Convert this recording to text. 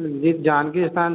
जी Janakisthan